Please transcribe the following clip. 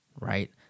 right